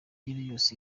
yose